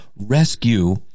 rescue